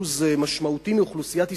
אחוז משמעותי מאוכלוסיית ישראל,